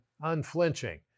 unflinching